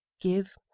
give